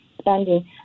spending